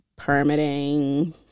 Permitting